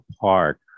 Park